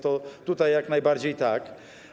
Tutaj jak najbardziej tak.